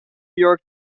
york